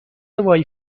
وای